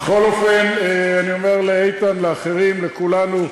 בכל אופן, אני אומר לאיתן, לאחרים, לכולנו,